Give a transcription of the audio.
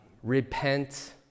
repent